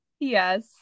Yes